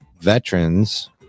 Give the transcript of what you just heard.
veterans